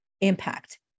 impact